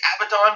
Abaddon